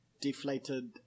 deflated